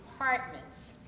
apartments